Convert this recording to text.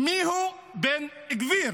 מיהו בן גביר.